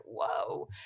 whoa